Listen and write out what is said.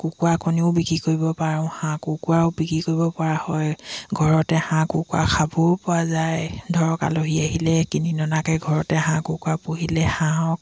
কুকুৰা কণীও বিক্ৰী কৰিব পাৰোঁ হাঁহ কুকুৰাও বিক্ৰী কৰিব পৰা হয় ঘৰতে হাঁহ কুকুৰা খাবও পোৱা যায় ধৰক আলহী আহিলে কিনি ননাকৈ ঘৰতে হাঁহ কুকুৰা পুহিলে হাঁহক